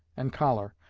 and collar,